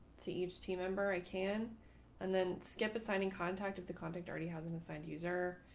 to each team member i can and then skip assigning contacted the contact already has an inside user.